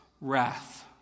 wrath